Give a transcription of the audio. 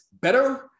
better